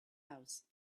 house